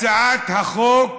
הצעת החוק